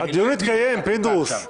הדיון התקיים, פינדרוס.